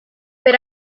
per